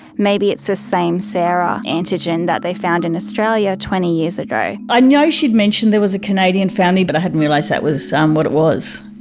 maybe it's this same sarah antigen that they found in australia twenty years ago. i i know she'd mentioned there was a canadian family but i hadn't realised that was um what it was.